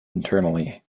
internally